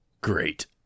Great